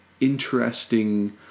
interesting